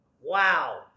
Wow